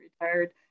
retired